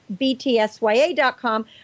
btsya.com